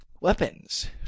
weapons